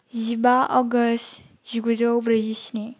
जिबा आगष्ट जिगुजौ ब्रैजिस्नि